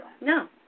No